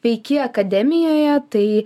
veiki akademijoje tai